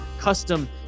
custom